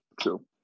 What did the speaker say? True